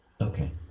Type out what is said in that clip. Okay